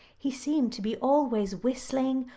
he seemed to be always whistling,